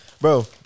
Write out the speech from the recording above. Bro